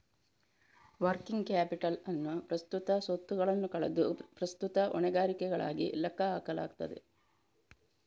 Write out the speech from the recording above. working capital ಅನ್ನು ಪ್ರಸ್ತುತ ಸ್ವತ್ತುಗಳನ್ನು ಕಳೆದು ಪ್ರಸ್ತುತ ಹೊಣೆಗಾರಿಕೆಗಳಾಗಿ ಲೆಕ್ಕ ಹಾಕಲಾಗುತ್ತದೆ